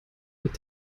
mit